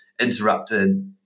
interrupted